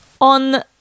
on